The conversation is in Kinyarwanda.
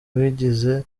wigeze